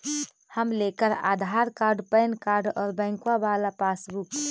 हम लेकर Aadhaar card PAN card बैंकवा वाला पासबुक?